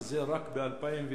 וזה רק ב-2009,